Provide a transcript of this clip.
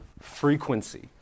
frequency